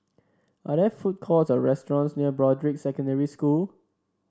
are there food courts or restaurants near Broadrick Secondary School